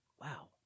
wow